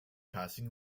passing